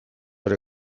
ere